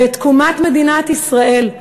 בתקומת מדינת ישראל.